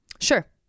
sure